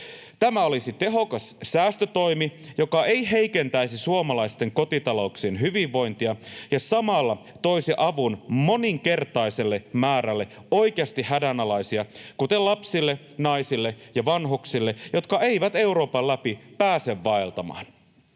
Tämä olisi tehokas säästötoimi, joka ei heikentäisi suomalaisten kotitalouksien hyvinvointia ja samalla toisi avun moninkertaiselle määrälle oikeasti hädänalaisia, kuten lapsille, naisille ja vanhuksille, jotka eivät Euroopan läpi pääse vaeltamaan.